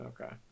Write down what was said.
Okay